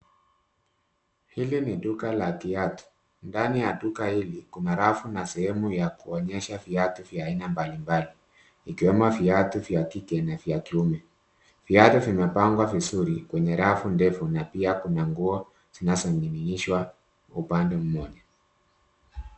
Hili ni duka la kiatu, Ndani ya duka hili kuna rafu na sehemu ya kuonyesha viatu vya aina mbalimbali ikiwemo viatu vya kike na vya kiume. Viatu vimepangwa vizuri kwenye rafu ndefu na pia kuna nguo zinazoning'inishwa upande mmoja.